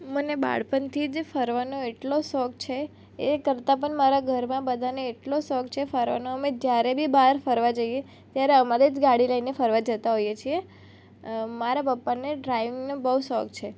મને બાળપણથી જ ફરવાનો એટલો શોખ છે એ કરતાં પણ મારા ઘરમાં બધાને એટલો શોખ છે ફરવાનો અમે જ્યારે બી બહાર ફરવા જઈએ ત્યારે અમારી જ ગાડી લઈને ફરવા જતાં હોઈએ છીએ મારા પપ્પાને ડ્રાઇવિંગનો બહુ શોખ છે